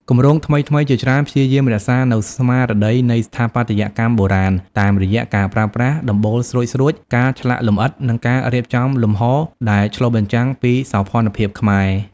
គម្រោងថ្មីៗជាច្រើនព្យាយាមរក្សានូវស្មារតីនៃស្ថាបត្យកម្មបុរាណ តាមរយៈការប្រើប្រាស់ដំបូលស្រួចៗ ការឆ្លាក់លម្អិត និងការរៀបចំលំហដែលឆ្លុះបញ្ចាំងពីសោភ័ណភាពខ្មែរ។